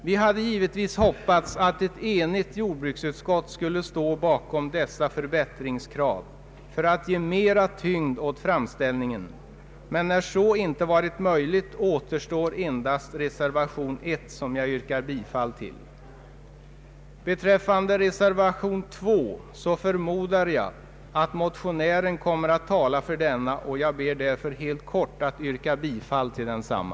Vi hade givetvis hoppats att ett enigt jordbruksutskott skulle ställa sig bakom dessa förbättringskrav för att ge mera tyngd åt framställningen. Men när så inte varit möjligt återstår endast reservationen 1 som jag yrkar bifall till. Beträffande reservationen 2 förmodar jag att motionären kommer att tala för den, och jag ber därför att helt kort få yrka bifall till densamma.